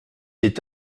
est